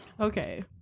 Okay